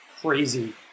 crazy